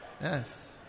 Yes